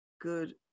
good